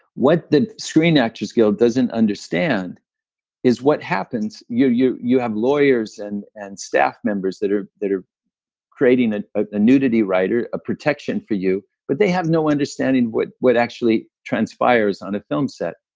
what the screen actors guild doesn't understand is what happens you you have lawyers and and staff members that are that are creating ah a nudity rider, a protection for you, but they have no understanding what what actually transpires on a film set.